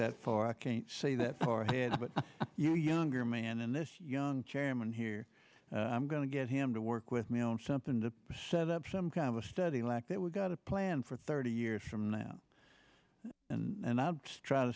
that far i can't see that far ahead but you know younger man and this young chairman here i'm going to get him to work with me on something to set up some kind of a study like that we've got a plan for thirty years from now and i try to